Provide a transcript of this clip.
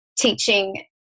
teaching